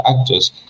actors